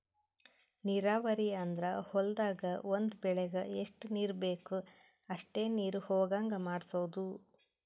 ನೀರಾವರಿ ಅಂದ್ರ ಹೊಲ್ದಾಗ್ ಒಂದ್ ಬೆಳಿಗ್ ಎಷ್ಟ್ ನೀರ್ ಬೇಕ್ ಅಷ್ಟೇ ನೀರ ಹೊಗಾಂಗ್ ಮಾಡ್ಸೋದು